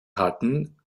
hatten